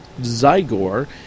Zygor